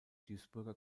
duisburger